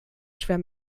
schwer